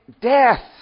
death